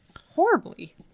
horribly